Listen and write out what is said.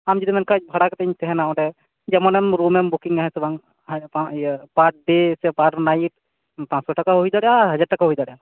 ᱟᱢ ᱡᱩᱫᱤᱢ ᱢᱮᱱᱠᱷᱟᱡ ᱵᱷᱟᱲᱟ ᱠᱟᱛᱮᱧ ᱛᱟᱦᱮᱱᱟ ᱚᱸᱰᱮ ᱡᱚᱢᱟᱱᱟᱢ ᱨᱩᱢᱮᱢ ᱵᱩᱠᱤᱝᱼᱟ ᱦᱮᱸ ᱥᱮ ᱵᱟᱝ ᱯᱟᱨᱰᱮ ᱪᱮ ᱯᱟᱨ ᱱᱟᱭᱤᱴ ᱯᱟᱪᱥᱚ ᱴᱟᱠᱟ ᱦᱩᱭ ᱫᱟᱲᱟᱭᱟᱜᱼᱟ ᱦᱟᱡᱟᱨ ᱴᱟᱠᱟ ᱦᱩᱭ ᱫᱟᱲᱟᱭᱟᱜᱼᱟ